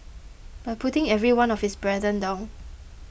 by putting every one of his brethren down